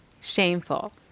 shameful